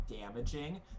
damaging